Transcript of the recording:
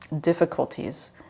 difficulties